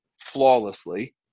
flawlessly